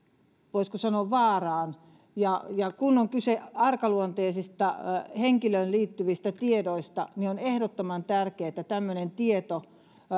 voisiko sanoa vaaraan kun on kyse arkaluonteisista henkilöön liittyvistä tiedoista on ehdottoman tärkeää että tämmöinen tieto